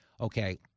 Okay